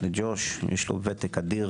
לג'וש יש ותק אדיר